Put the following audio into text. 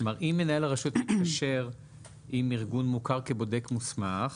אם מנהל הרשות התקשר עם ארגון מוכר כבודק מוסמך,